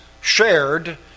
shared